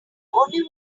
only